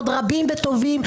ועוד רבים וטובים,